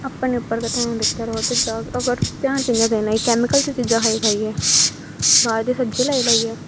अपने उप्पर गै ध्यान दित्ता लोड़दा अगर ध्यान कियां देना एह् कैमीकल दियां चीजां खाई खाइयै बाह्र दा सब्जियां लाई लाइयै